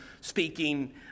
speaking